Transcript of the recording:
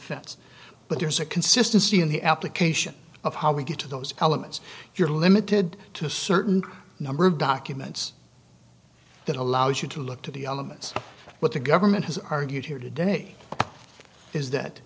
facts but there's a consistency in the application of how we get to those elements if you're limited to a certain number of documents that allows you to look to the elements of what the government has argued here today is that